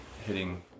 hitting